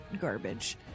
garbage